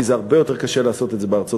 כי זה הרבה יותר קשה לעשות את זה בארצות-הברית.